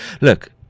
look